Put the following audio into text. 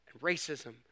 racism